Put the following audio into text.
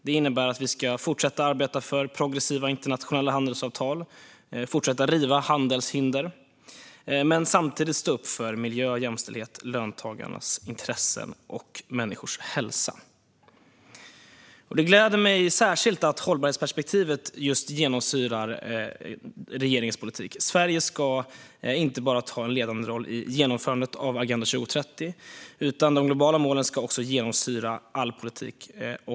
Det innebär att vi ska fortsätta arbeta för progressiva internationella handelsavtal och fortsätta riva handelshinder men samtidigt stå upp för miljö, jämställdhet, löntagarnas intressen och människors hälsa. Det gläder mig särskilt att just hållbarhetsperspektivet genomsyrar regeringens politik. Sverige ska inte bara ta en ledande roll i genomförandet av Agenda 2030, utan de globala målen ska genomsyra all politik.